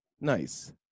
Nice